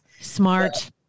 smart